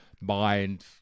mind